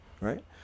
Right